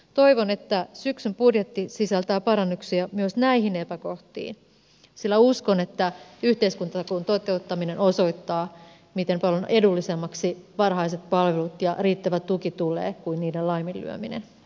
toivon että syksyn budjetti sisältää parannuksia myös näihin epäkohtiin sillä uskon että yhteiskuntatakuun toteuttaminen osoittaa miten paljon edullisemmaksi varhaiset palvelut ja riittävä tuki tulevat kuin niiden laiminlyöminen